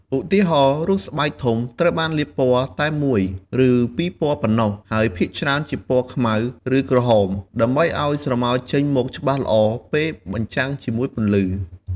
ឧទាហរណ៍ រូបស្បែកធំត្រូវបានលាបពណ៌តែមួយ ឬពីរពណ៌ប៉ុណ្ណោះ ហើយភាគច្រើនជាពណ៌ខ្មៅ ឬក្រហម ដើម្បីឲ្យស្រមោលចេញមកច្បាស់ល្អពេលបញ្ចាំងជាមួយពន្លឺ។